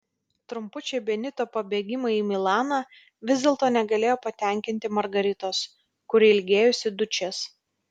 trumpučiai benito pabėgimai į milaną vis dėlto negalėjo patenkinti margaritos kuri ilgėjosi dučės